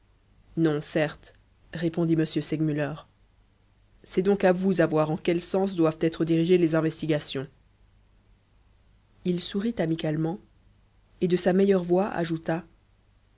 non certes répondit m segmuller c'est donc à vous à voir en quel sens doivent être dirigées les investigations il sourit amicalement et de sa meilleure voix ajouta